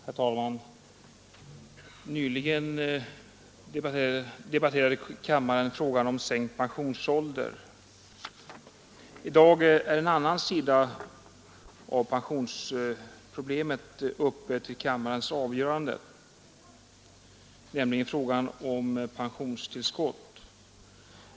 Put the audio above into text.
Herr talman! Nyligen debatterade kammaren frågan om sänkt pensionsålder. I dag är en annan sida av pensionsproblemet uppe till kammarens avgörande, nämligen frågan om pensionstillskott.